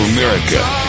America